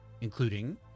including